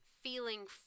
feeling